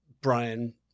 Brian